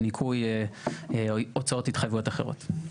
או בניכוי הוצאות התחייבויות אחרות.